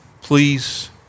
please